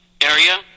area